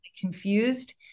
confused